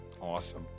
Awesome